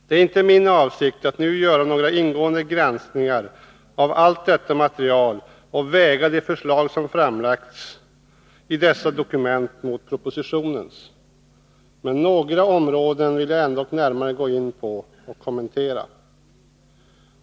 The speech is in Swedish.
Det är inte min avsikt att nu göra några ingående granskningar av allt detta material och väga de förslag som framlagts i dessa dokument mot propositionens. Men några områden vill jag ändock närmare gå in på och kommentera.